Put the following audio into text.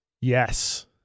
Yes